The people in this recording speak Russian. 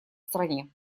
стране